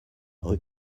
rue